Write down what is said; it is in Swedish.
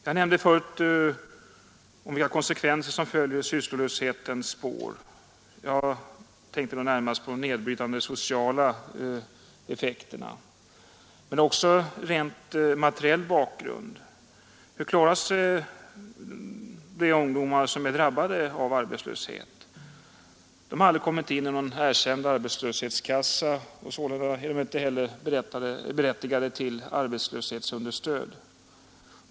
Jag nämnde tidigare de konsekvenser som följer i sysslolöshetens spår. Jag tänkte då närmast på de nedbrytande sociala effekterna. Men detta har också en rent materiell bakgrund. Hur klarar sig de ungdomar som är drabbade av arbetslöshet? De har aldrig kommit in i någon erkänd arbetslöshetskassa, och sålunda är de inte heller berättigade till arbetslöshetsunderstöd.